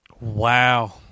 Wow